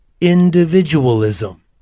individualism